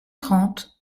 trente